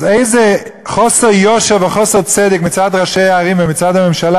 אז איזה חוסר יושר וחוסר צדק מצד ראשי הערים ומצד הממשלה